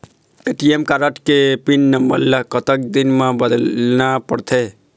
ATM card के pin number ला कतक दिन म बदलना पड़थे?